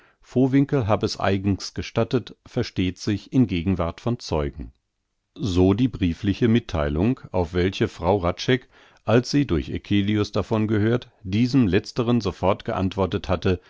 hab es eigens gestattet versteht sich in gegenwart von zeugen so die briefliche mittheilung auf welche frau hradscheck als sie durch eccelius davon gehört diesem letzteren sofort geantwortet hatte